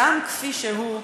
גם כפי שהוא,